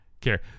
care